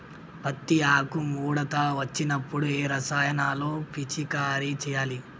పత్తి ఆకు ముడత వచ్చినప్పుడు ఏ రసాయనాలు పిచికారీ చేయాలి?